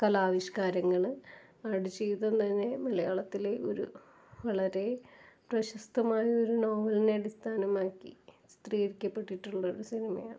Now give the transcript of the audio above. കലാവിഷ്ക്കാരങ്ങൾ ആടുജീവിതം തന്നെ മലയാളത്തിലെ ഒരു വളരെ പ്രശസ്തമായൊരു നോവലിനെ അടിസ്ഥാനമാക്കി ചിത്രീകരിക്കപ്പെട്ടിട്ടുള്ളൊരു സിനിമയാണ്